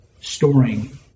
storing